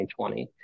2020